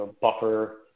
buffer